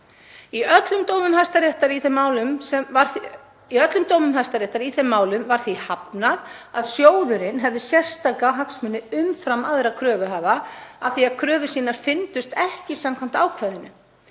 Í öllum dómum Hæstaréttar í þeim málum var því hafnað að sjóðurinn hefði sérstaka hagsmuni umfram aðra kröfuhafa af því að kröfur hans fyrndust ekki samkvæmt ákvæðinu.